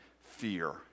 fear